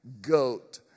goat